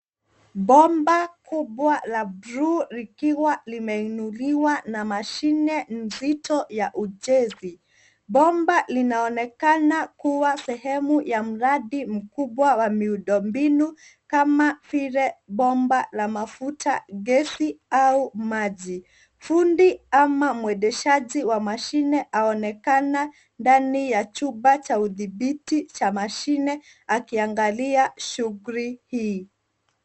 Bomba kubwa la bluu likiwa limeinuliwa na mashine nzito ya ujenzi. Bomba linaonekana kuwa sehemu ya mradi mkubwa wa miundo mbinu kama vile bomba la mafuta, gesi au maji. Fundi ama mwendeshaji wa mashine aonekana ndani ya chumba cha udhibiti cha mashine akiangalia shughuli hii.